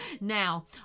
Now